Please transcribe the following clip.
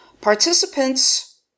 Participants